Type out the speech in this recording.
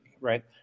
right